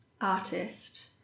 artist